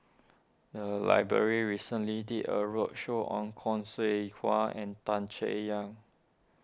the library recently did a roadshow on Khoo Seow Hwa and Tan Chay Yan